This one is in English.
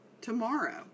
tomorrow